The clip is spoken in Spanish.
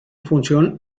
función